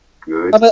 good